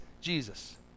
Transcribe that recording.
Jesus